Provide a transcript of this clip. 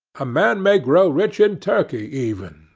a man may grow rich in turkey even,